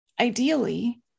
ideally